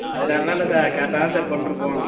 அதனால்லாம் இல்லை சார் கரெக்டாக தான் சார் பண்ணிருப்போம்